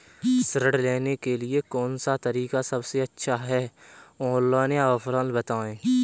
ऋण लेने के लिए कौन सा तरीका सबसे अच्छा है ऑनलाइन या ऑफलाइन बताएँ?